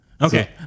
Okay